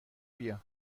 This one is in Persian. بیا